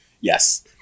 Yes